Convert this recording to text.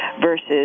versus